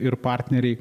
ir partneriai